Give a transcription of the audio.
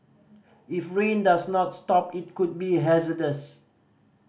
if rain does not stop it could be hazardous